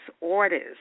orders